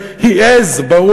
גם אם העז הזאת היא עז,